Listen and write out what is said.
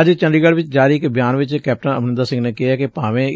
ਅੱਜ ਚੰਡੀਗਤ ਚ ਜਾਰੀ ਇਕ ਬਿਆਨ ਵਿਚ ਕੈਪਟਨ ਅਮਰਿੰਦਰ ਸਿੰਘ ਨੇ ਕਿਹੈ ਕਿ ਭਾਵੇਂ